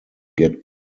get